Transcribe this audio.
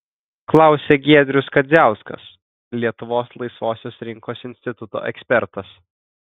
klausia giedrius kadziauskas lietuvos laisvosios rinkos instituto ekspertas